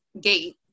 gate